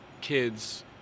kids